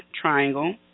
triangle